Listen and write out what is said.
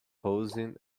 posing